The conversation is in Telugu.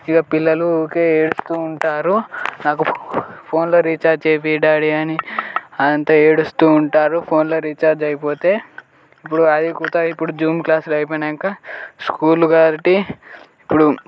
ఇక పిల్లలు ఊరికే ఏడుస్తు ఉంటారు నాకు ఫోన్లో రీఛార్జ్ చేయిపి డాడీ అని అంతే ఏడుస్తు ఉంటారు ఫోన్లో రీఛార్జ్ అయిపోతే ఇప్పుడు అది కూత ఇప్పుడు జూమ్ క్లాసులు అయిపోయినంక స్కూల్ కాబట్టి ఇప్పుడు